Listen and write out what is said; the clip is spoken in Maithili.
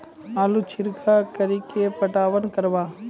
आलू छिरका कड़ी के पटवन करवा?